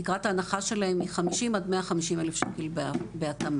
תקרת ההנחה שלהם היא 50,000-150,000 שקלים בהתאמה.